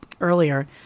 earlier